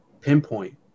pinpoint